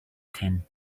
thing